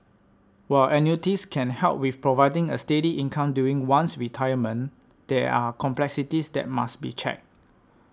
while annuities can help with providing a steady income during one's retirement there are complexities that must be checked